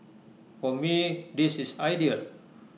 for me this is ideal